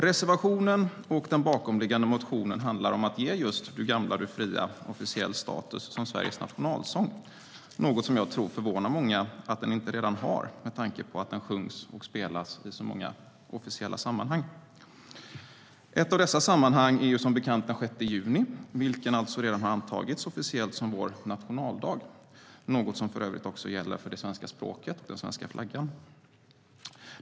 Reservationen och den bakomliggande motionen handlar om att ge just Du gamla, du fria officiell status som Sveriges nationalsång, något som jag tror förvånar många att den inte redan har med tanke på att den sjungs och spelas i så många officiella sammanhang. Ett av dessa sammanhang är som bekant den 6 juni, den dag som redan har antagits officiellt som vår nationaldag. Också det svenska språket och vår flagga har antagits officiellt.